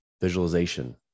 visualization